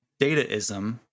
dataism